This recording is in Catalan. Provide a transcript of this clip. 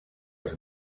els